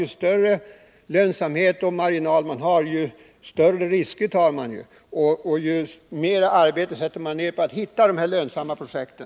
Ju större lönsamhet och ju bredare marginaler man har, desto större risker tar man naturligtvis och desto mer arbete lägger man ned på att hitta de lönsamma projekten.